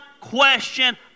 question